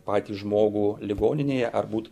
patį žmogų ligoninėje ar būt